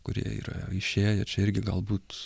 kurie yra išėję čia irgi galbūt